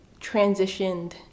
transitioned